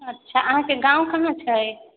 अच्छा अहाँके गाँव कहाॅं छै